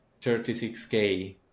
36K